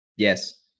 yes